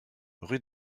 rue